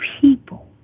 people